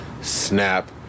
snap